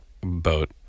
boat